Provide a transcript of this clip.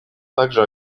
также